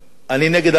אני נגד הפרטה.